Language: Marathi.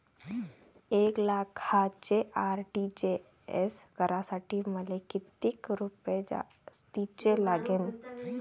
एक लाखाचे आर.टी.जी.एस करासाठी मले कितीक रुपये जास्तीचे लागतीनं?